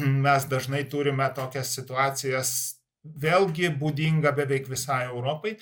mes dažnai turime tokias situacijas vėlgi būdinga beveik visai europai